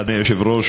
אדוני היושב-ראש,